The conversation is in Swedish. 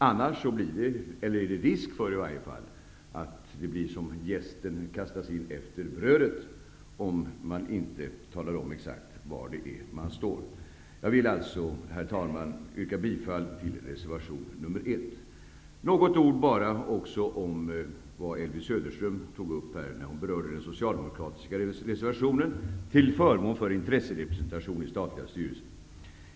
Annars finns det i varje fall risk för att det blir som om jästen kastas in efter brödet -- om man inte talar om exakt var man står. Elvy Söderström berörde den socialdemokratiska reservationen till förmån för intresserepresentation i statliga styrelser.